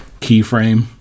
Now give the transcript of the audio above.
keyframe